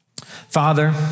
Father